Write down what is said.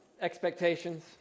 expectations